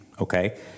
okay